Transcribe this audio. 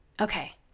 Okay